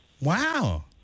Wow